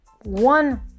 one